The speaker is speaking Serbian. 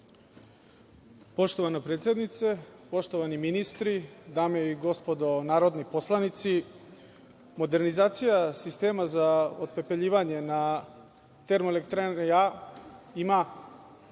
Poštovana predsednice, poštovani ministri, dame i gospodo narodni poslanici, modernizacija sistema za otpepeljivanje na TE „A“ ima